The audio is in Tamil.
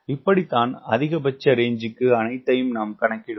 இப்படித்தான் அதிகபட்ச ரேஞ்சுக்கு அனைத்தையும் நாம் கணக்கிடுவோம்